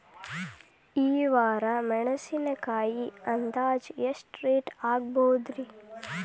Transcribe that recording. ಈ ವಾರ ಮೆಣಸಿನಕಾಯಿ ಅಂದಾಜ್ ಎಷ್ಟ ರೇಟ್ ಆಗಬಹುದ್ರೇ?